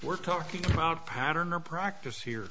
we're talking about pattern or practice here